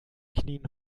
knien